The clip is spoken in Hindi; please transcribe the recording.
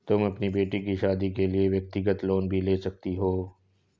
तुम अपनी बेटी की शादी के लिए व्यक्तिगत लोन भी ले सकती हो